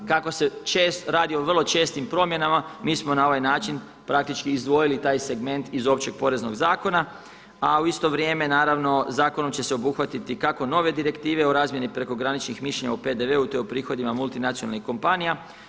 Kako se radi o vrlo čestim promjenama mi smo na ovaj način praktički izdvojili taj segment iz Općeg poreznog zakona, a u isto vrijeme naravno zakonom će se obuhvatiti kako nove direktive o razmjeni prekograničnih mišljenja u PDV-u to je u prihodima multinacionalnih kompanija.